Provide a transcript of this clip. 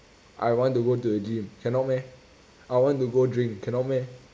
I want to go to the gym cannot meh I want to go drink cannot meh